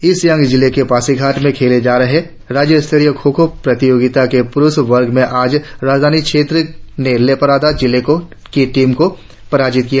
east Siang जिले के पासीघाट में खेले जा रहे राज्य स्तरीय खों खो प्रतियोगिता के पुरुष वर्ग में आज राजधानी क्षेत्र ने लेपारादा जिले की टीम को पराजित किया